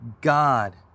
God